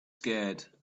scared